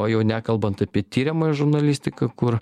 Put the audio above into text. o jau nekalbant apie tiriamąją žurnalistiką kur